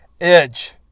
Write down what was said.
Edge